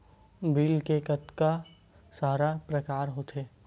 Bill के कतका सारा प्रकार होथे?